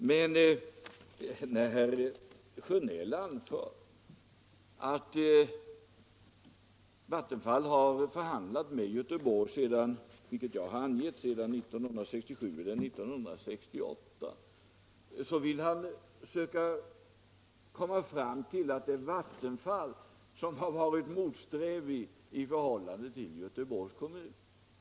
Men när herr Sjönell anför att Vattenfall har förhandlat med Göteborg — vilket jag har angivit — sedan 1967 eller 1968 försöker han få det till att det är Vattenfall som har varit motsträvigt i förhållande till Göteborgs kommun.